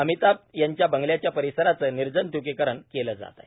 अमिताभ यांच्या बंगल्याच्या परिसराचे निर्जंतुकीकरण केले जात आहे